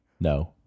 No